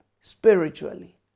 spiritually